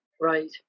Right